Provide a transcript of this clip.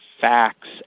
facts